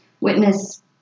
witness